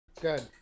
Good